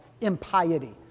impiety